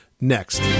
next